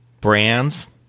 brands